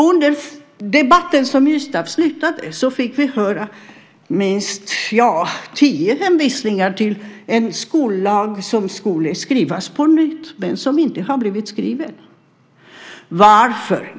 Under den debatt som just avslutades fick vi höra minst tio hänvisningar till en skollag som skulle skrivas på nytt men som inte har blivit skriven. Varför?